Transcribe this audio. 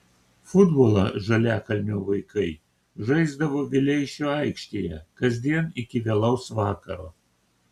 futbolą žaliakalnio vaikai žaisdavo vileišio aikštėje kasdien iki vėlaus vakaro